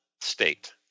state